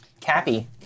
Cappy